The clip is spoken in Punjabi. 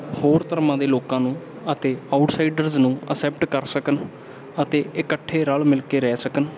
ਹੋਰ ਧਰਮਾਂ ਦੇ ਲੋਕਾਂ ਨੂੰ ਅਤੇ ਆਊਟਸਾਈਡਰਸ ਨੂੰ ਅਸੈਪਟ ਕਰ ਸਕਣ ਅਤੇ ਇਕੱਠੇ ਰਲ ਮਿਲ ਕੇ ਰਹਿ ਸਕਣ